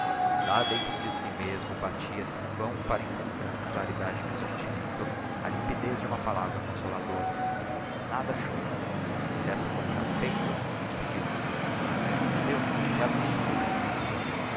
lá dentro de si mesmo batia se em vão para encontrar a claridade de um sentimento a limpidez de uma palavra consoladora nada achou n'um gesto contrafeito despediu-se adeus até á vista meu velho